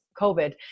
COVID